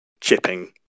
chipping